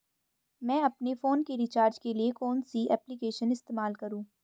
मैं अपने फोन के रिचार्ज के लिए कौन सी एप्लिकेशन इस्तेमाल करूँ?